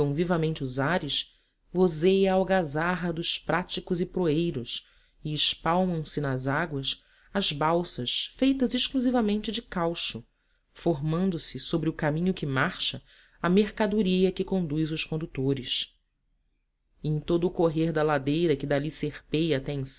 vivamente os ares vozeia a algazarra dos práticos e proeiros e espalmam se nas águas as balsas feitas exclusivamente de caucho formando se sobre o caminho que marcha a mercadoria que conduz os condutores e em todo o correr da ladeira que dali serpeia até